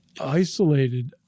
isolated